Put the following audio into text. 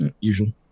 usual